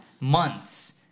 months